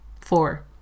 Four